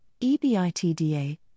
EBITDA